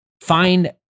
Find